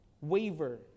waver